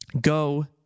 go